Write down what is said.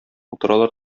утыралар